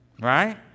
right